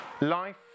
Life